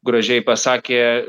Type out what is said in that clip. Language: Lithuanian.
gražiai pasakė